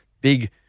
big